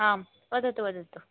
आं वदतु वदतु